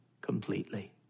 completely